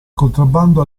contrabbando